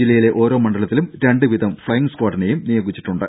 ജില്ലയിലെ ഓരോ മണ്ഡലത്തിലും രണ്ട് വീതം ഫ്ളൈയിങ് സ്ക്വാഡിനെയും നിയോഗിച്ചിട്ടുണ്ട്